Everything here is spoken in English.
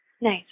Nice